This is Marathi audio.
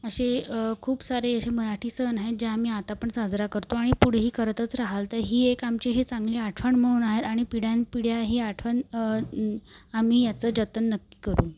असे खूप सारे असे मराठी सण आहे जे आम्ही आता पण साजरे करतो आणि पुढेही करतच रहाल तर ही एक आमची अशी चांगली आठवण म्हणून आहे आणि पिढ्यानपिढ्या ही आठवण आम्ही याचं जतन नक्की करू